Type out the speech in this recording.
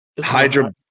Hydra